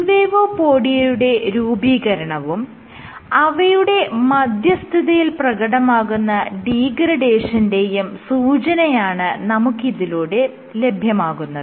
ഇൻവേഡോപോഡിയയുടെ രൂപീകരണവും അവയുടെ മധ്യസ്ഥതയിൽ പ്രകടമാകുന്ന ഡീഗ്രഡേഷന്റെയും സൂചനയാണ് നമുക്ക് ഇതിലൂടെ ലഭ്യമാകുന്നത്